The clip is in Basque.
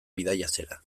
bidaiatzera